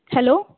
hello